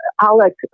Alex